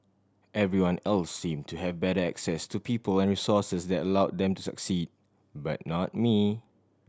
everyone else seem to have better access to people and resources that allow them to succeed but not me